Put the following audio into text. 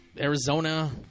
Arizona